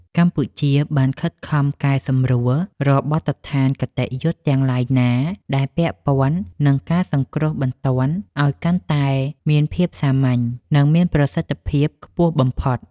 កម្ពុជាបានខិតខំកែសម្រួលរាល់បទដ្ឋានគតិយុត្តិទាំងឡាយណា ដែលពាក់ព័ន្ធនឹងការសង្គ្រោះបន្ទាន់ឱ្យកាន់តែមានភាពសាមញ្ញ និងមានប្រសិទ្ធភាពខ្ពស់បំផុត។